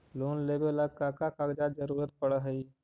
Loan लेवेला का का कागजात जरूरत पड़ हइ?